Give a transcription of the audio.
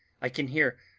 i can hear,